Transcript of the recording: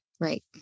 Right